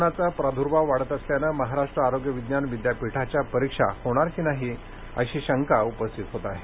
कोरोनाचा प्रादूर्भाव वाढत असल्यानं महाराष्ट्र आरोग्य विज्ञान विद्यापीठाच्या परीक्षा होणार की नाही अशी शंका उपस्थित होत आहे